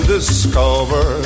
Discover